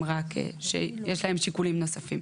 מהגורמים שיש להם שיקולים נוספים.